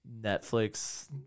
Netflix